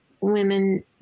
women